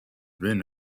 been